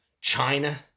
China